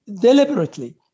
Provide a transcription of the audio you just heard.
deliberately